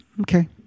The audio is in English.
Okay